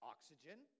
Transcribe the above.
Oxygen